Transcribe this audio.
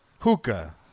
Hookah